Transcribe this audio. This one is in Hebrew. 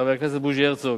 חבר הכנסת בוז'י הרצוג,